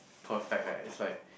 perfect like it's like